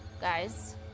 Guys